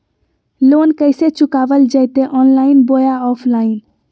Loan कैसे चुकाबल जयते ऑनलाइन बोया ऑफलाइन?